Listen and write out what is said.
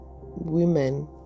women